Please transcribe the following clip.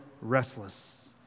restless